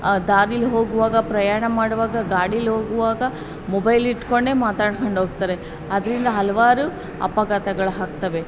ದಾರಿಲಿ ಹೋಗುವಾಗ ಪ್ರಯಾಣ ಮಾಡುವಾಗ ಗಾಡಿಲಿ ಹೋಗುವಾಗ ಮೊಬೈಲ್ ಇಟ್ಕೊಂಡೆ ಮಾತಾಡ್ಕೊಂಡು ಹೋಗ್ತಾರೆ ಅದರಿಂದ ಹಲವಾರು ಅಪಘಾತಗಳು ಆಗ್ತವೆ ಮೊಬೈಲ್